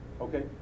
Okay